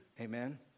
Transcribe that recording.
Amen